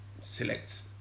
select